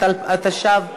התשע"ו 2016,